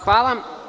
Hvala.